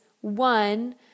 one